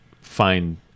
find